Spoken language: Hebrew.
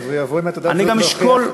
אני גם אשקול,